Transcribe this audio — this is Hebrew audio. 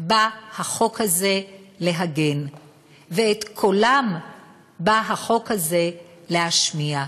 בא החוק הזה להגן ואת קולם בא החוק הזה להשמיע.